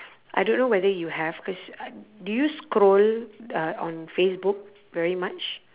I don't know whether you have cause uh do you scroll uh on facebook very much